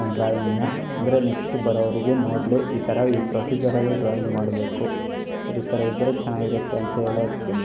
ಡ್ರಾಯಿಂಗ್ನ ಅಂದರೆ ನೆಕ್ಸ್ಟ್ ಬರೋವರೆಗೆ ನೋಡಲಿ ಈ ಥರ ಈ ಪ್ರೊಸೀಜರಲ್ಲಿ ಡ್ರಾಯಿಂಗ್ ಮಾಡಬೇಕು ಈ ಥರ ಇದ್ದರೆ ಚೆನ್ನಾಗಿರುತ್ತೆ ಅಂತ ಹೇಳೋಕ್ಕೆ